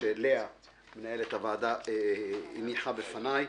שלאה ורון מנהלת הוועדה הניחה בפניי,